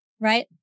Right